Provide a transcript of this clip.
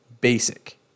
BASIC